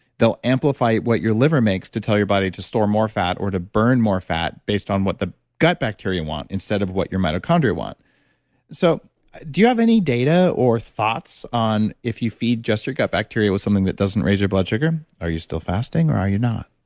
they'll amplify what your liver makes to tell your body to store more fat or to burn more fat based on what the gut bacteria want instead of what your mitochondria want so do you have any data or thoughts on if you feed just your gut bacteria with something that doesn't raise your blood sugar? are you still fasting or are you not?